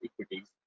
equities